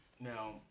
now –